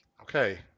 okay